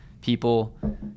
people